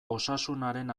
osasunaren